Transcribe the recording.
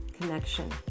connection